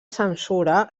censura